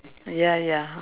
ya ya